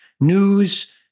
news